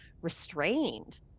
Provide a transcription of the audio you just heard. restrained